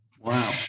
Wow